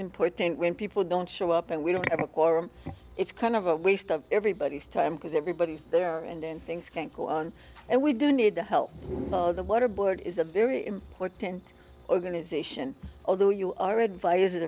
important when people don't show up and we don't have a quorum it's kind of a waste of everybody's time because everybody's there and things can't go on and we do need the help of the water board is a very important organization although you are advised